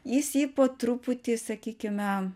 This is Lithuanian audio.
jis jį po truputį sakykime